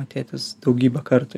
tėtis daugybę kartų